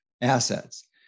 assets